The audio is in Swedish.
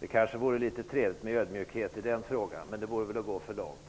Det kanske vore trevligt med litet ödmjukhet i den frågan, men det vore väl att gå för långt.